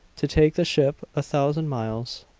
to take the ship a thousand miles.